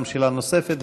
גם שאלה נוספת,